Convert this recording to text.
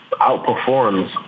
outperforms